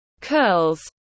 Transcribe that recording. curls